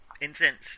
Incense